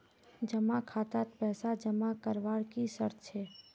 जमा खातात पैसा जमा करवार की शर्त छे?